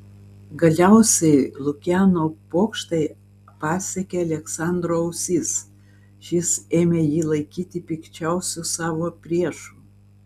galiausiai lukiano pokštai pasiekė aleksandro ausis šis ėmė jį laikyti pikčiausiu savo priešu